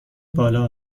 بالا